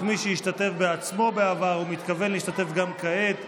כמי שהשתתף בעצמו בעבר ומתכוון להשתתף גם כעת,